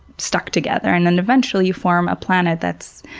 stuck together. and and eventually you form a planet that's